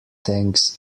thanks